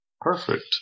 Perfect